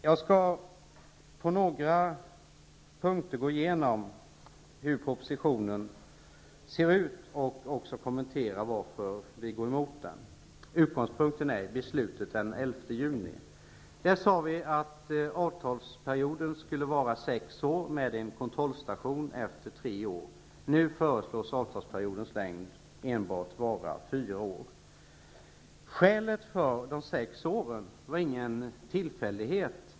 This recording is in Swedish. Jag skall gå igenom några av punkterna i propositionen och också kommentera varför vi går emot den. Utgångspunkten är beslutet den 11 juni. I detta beslut sades att avtalsperioden skulle vara sex år med en kontrollstation efter tre år. Nu föreslås att avtalsperioden enbart skall vara fyra år. Att man bestämde sig för sex år var ingen tillfällighet.